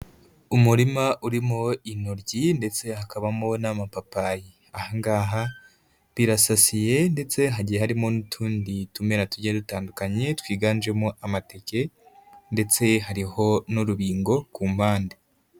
Umurima urimo intoryi ndetse hakabamo n'amapapayi. Aha ngaha birasasiye ndetse hagiye harimo n'utundi tumera tugiye dutandukanye twiganjemo amateke ndetse hariho n'urubingo ku mpande.